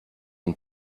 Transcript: and